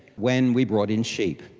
when we brought in sheep.